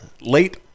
Late